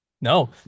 No